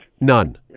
None